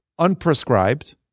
unprescribed